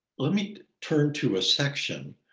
let me turn to a section,